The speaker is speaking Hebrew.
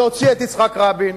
להוציא את יצחק רבין,